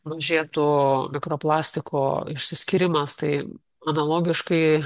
mažėtų mikroplastiko išsiskyrimas tai analogiškai